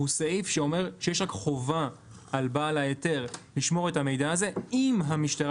הוא סעיף שאומר שיש רק חובה על בעל ההיתר לשמור את המידע הזה ואם המשטרה